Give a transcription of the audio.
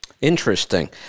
Interesting